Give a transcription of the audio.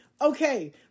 Okay